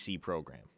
program